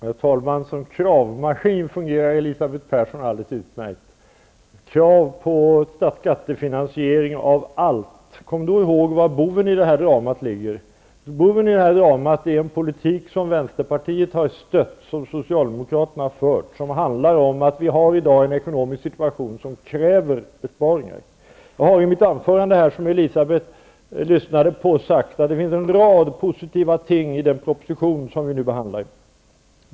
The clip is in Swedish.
Herr talman! Som kravmaskin fungerar Elisabeth Persson alldeles utmärkt. Det framförs krav på skattefinansiering av allt. Kom då ihåg var boven i detta drama finns! Det är en politik som stötts av vänsterpartiet och förts av socialdemokraterna och som lett till att vi i dag har en ekonomisk situation som kräver besparingar. Jag har i mitt anförande, som Elisabeth Persson lyssnade på, sagt att det finns en rad positiva ting i den proposition som det nu handlar om.